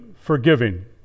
forgiving